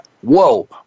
whoa